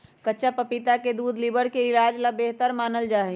कच्चा पपीता के दूध लीवर के इलाज ला बेहतर मानल जाहई